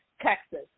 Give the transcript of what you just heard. Texas